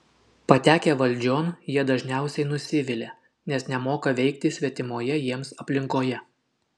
patekę valdžion jie dažniausiai nusivilia nes nemoka veikti svetimoje jiems aplinkoje